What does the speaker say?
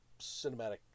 cinematic